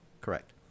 Correct